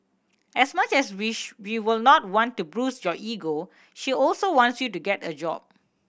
as much as we we would not want to bruise your ego she also wants you to get a job